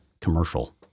commercial